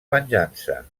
venjança